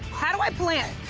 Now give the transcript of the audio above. how do i plant?